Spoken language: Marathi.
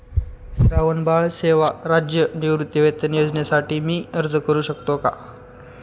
श्रावणबाळ सेवा राज्य निवृत्तीवेतन योजनेसाठी मी अर्ज करू शकतो का?